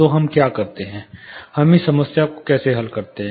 तो हम क्या करते हैं हम इस समस्या को कैसे हल करते हैं